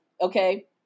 okay